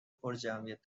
پرجمعیت